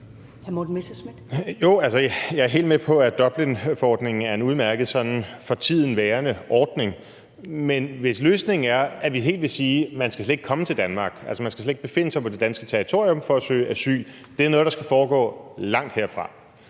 jeg er helt med på, at Dublinforordningen er en udmærket sådan for tiden værende ordning. Men hvis løsningen er, at vi helt vil sige, at man slet ikke skal komme til Danmark, at man skal slet ikke befinde sig på det danske territorium for at søge asyl, at det er noget, der skal foregå langt herfra,